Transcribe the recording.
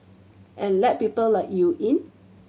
and let people like you in